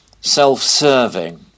self-serving